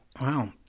Wow